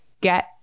get